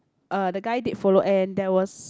uh the guy did follow and there was